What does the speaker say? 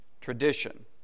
Tradition